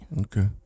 Okay